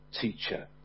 teacher